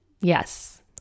yes